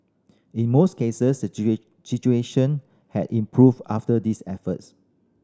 in most cases situation had improved after these efforts